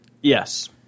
Yes